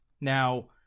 Now